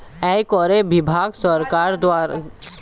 আয়কর বিভাগ সরকার দ্বারা পরিচালিত হয়